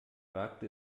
wagte